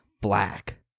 black